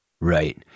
Right